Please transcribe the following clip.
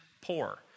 poor